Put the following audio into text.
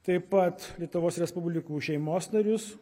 taip pat lietuvos respublikų šeimos narius